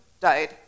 died